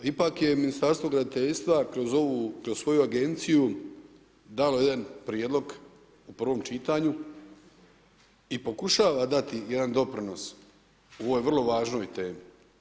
Ipak je Ministarstvo graditeljstva kroz ovu, kroz svoju agenciju dalo jedan prijedlog u prvom čitanju i pokušava dati jedan doprinos u ovoj vrlo važnoj temi.